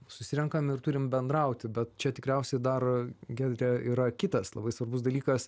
susirenkam ir turim bendrauti bet čia tikriausiai dar giedre yra kitas labai svarbus dalykas